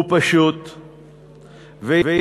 הוא פשוט ויעיל,